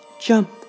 jump